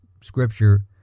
Scripture